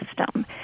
system